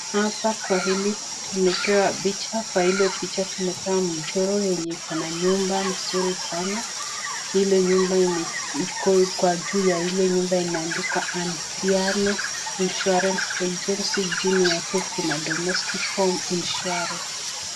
Hapa kwa hili tumepewa picha, kwa hilo picha tumepewa mchoro yenye iko na nyumba nzuri sana. Ilo nyumba iko kwa juu ya ile nyumba imeandikwa Anciano Insurance Agency , chini yake kuna domestic home insurance .